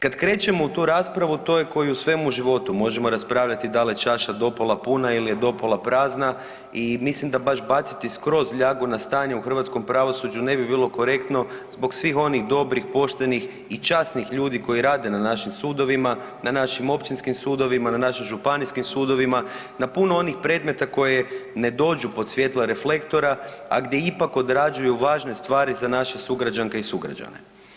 Kad krećemo u tu raspravu to je ko i o svemu u životu možemo raspravljati da li je čaša do pola puna ili je do pola prazna i mislim da baš baciti skroz ljagu na stanje u hrvatskom pravosuđu ne bi bilo korektno zbog svih onih dobrih, poštenih i časnih ljudi koji rade na našim sudovima, na našim općinskim sudovima, na našim županijskim sudovima, na puno onih predmeta koji ne dođu pod svjetla reflektora, a gdje ipak odrađuju važne stvari za naše sugrađanke i sugrađane.